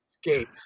skate